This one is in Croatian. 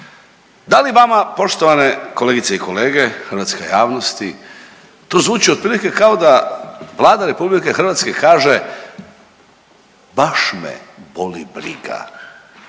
Da li vama poštovane kolegice i kolege, hrvatska javnosti to zvuči otprilike kao da Vlada Republike Hrvatske kaže baš me boli briga